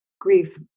grief